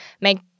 make